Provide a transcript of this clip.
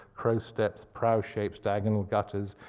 pro steps, prow shapes, diagonal gutters,